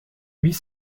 huit